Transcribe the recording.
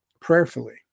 prayerfully